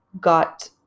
got